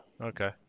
Okay